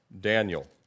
Daniel